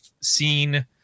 seen